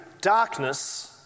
Darkness